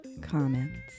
comments